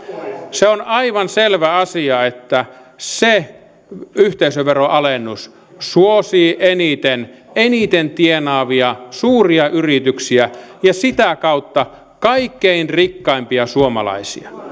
se on aivan selvä asia että eniten yhteisöveron alennus suosii eniten eniten tienaavia suuria yrityksiä ja sitä kautta kaikkein rikkaimpia suomalaisia